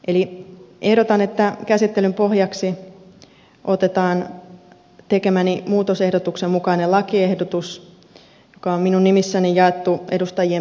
eli ehdotan että käsittelyn pohjaksi otetaan tekemäni muutosehdotuksen mukainen lakiehdotus joka on minun nimissäni jaettu edustajien pöydille